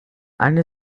eine